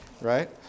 right